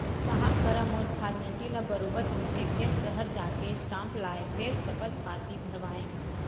साहब करा मोर फारमेल्टी ल बरोबर पूछें फेर सहर जाके स्टांप लाएँ फेर सपथ पाती भरवाएंव